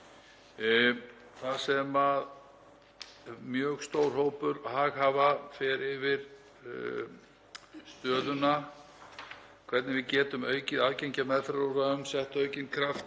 þar sem mjög stór hópur haghafa fer yfir stöðuna, hvernig við getum aukið aðgengi að meðferðarúrræðum, sett aukinn kraft